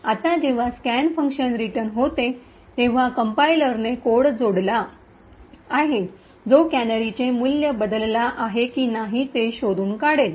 आता जेव्हा scan function return होते तेव्हा कंपाईलरने कोड जोडला add केले आहे जो कॅनरीचे मूल्य बदलला आहे की नाही हे शोधून काढेल